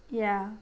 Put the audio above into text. ya